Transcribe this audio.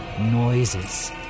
noises